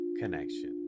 connection